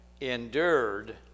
endured